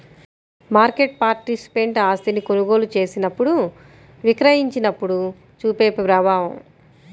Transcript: market participant ఆస్తిని కొనుగోలు చేసినప్పుడు, విక్రయించినప్పుడు చూపే ప్రభావం